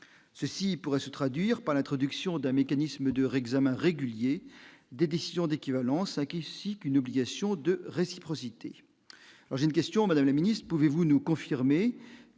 ceci pourrait se traduire par l'introduction d'un mécanisme de réexamen régulier des décisions d'équivalence a qu'ici qu'une obligation de réciprocité, alors j'ai une question madame la Ministre, pouvez-vous nous confirmer